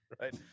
Right